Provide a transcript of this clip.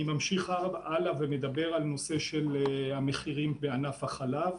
ממשיך הלאה ומדבר על נושא המחירים בענף החלב.